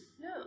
No